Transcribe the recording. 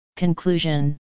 conclusion